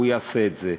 הוא יעשה את זה,